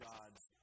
God's